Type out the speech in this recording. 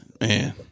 Man